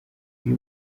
uyu